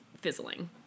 fizzling